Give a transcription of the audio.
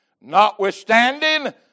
Notwithstanding